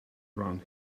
around